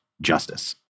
justice